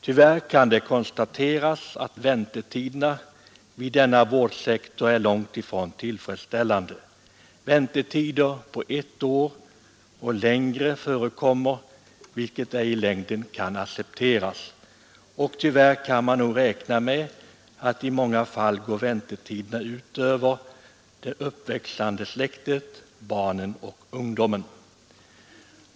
Tyvärr kan det konstateras att väntetiderna inom denna vårdsektor är långt ifrån tillfredsställande. Väntetider på ett år och längre förekommer, vilket ej i längden kan accepteras. Tyvärr kan man räkna med att dessa väntetider i många fall går ut över det uppväxande släktet — barnen och ungdomen.